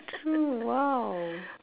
true !wow!